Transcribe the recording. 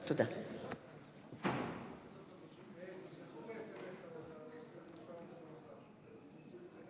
בעד ההצעה לסדר-היום, 28 חברי כנסת,